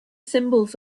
symbols